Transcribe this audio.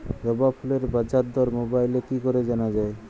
জবা ফুলের বাজার দর মোবাইলে কি করে জানা যায়?